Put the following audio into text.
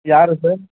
யார் சார்